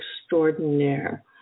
extraordinaire